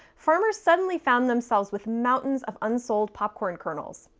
farmers suddenly found themselves with mountains of unsold popcorn kernels.